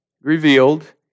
revealed